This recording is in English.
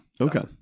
Okay